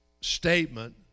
statement